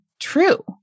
true